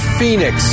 Phoenix